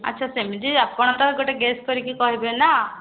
ଆଚ୍ଛା ସେମିତି ଆପଣ ତ ଗୋଟେ ଗେସ୍ କରିକି କହିବେ ନା